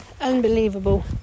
Unbelievable